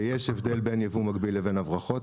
שיש הבדל בין ייבוא מקביל לבין הברחות.